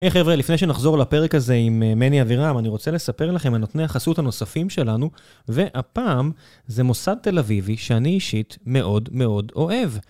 היי חבר'ה, לפני שנחזור לפרק הזה עם מני אבירם, אני רוצה לספר לכם על נותני החסות הנוספים שלנו, והפעם זה מוסד תל אביבי שאני אישית מאוד מאוד אוהב.